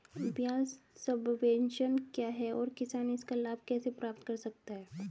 ब्याज सबवेंशन क्या है और किसान इसका लाभ कैसे प्राप्त कर सकता है?